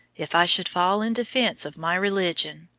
if i should fall in defence of my religion,